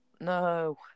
No